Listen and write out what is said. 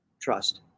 trust